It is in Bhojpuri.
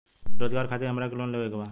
रोजगार खातीर हमरा के लोन लेवे के बा?